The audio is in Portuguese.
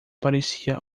parecia